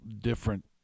different